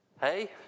Hey